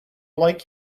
like